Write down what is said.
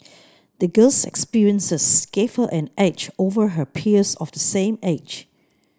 the girl's experiences gave her an edge over her peers of the same age